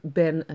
ben